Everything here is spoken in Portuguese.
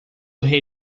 rei